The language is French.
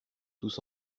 tous